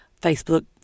Facebook